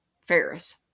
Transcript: Ferris